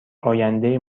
آینده